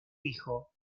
hijo